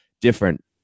different